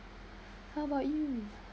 how about you